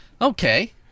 Okay